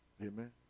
Amen